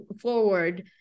forward